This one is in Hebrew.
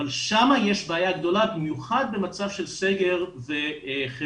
אבל שם יש בעיה גדולה, במיוחד במצב של סגר וחירום,